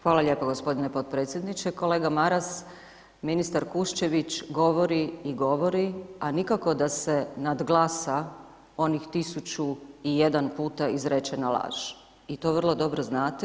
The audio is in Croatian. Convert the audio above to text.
Hvala lijepo gospodine podpredsjedniče, kolega Maras ministar Kuščević govori i govori, a nikako da se nadglasa onih tisuću i jedan puta izrečena laž i to vrlo dobro znate.